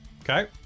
Okay